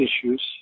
issues